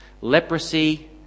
leprosy